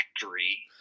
factory